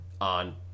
on